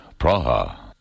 Praha